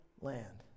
land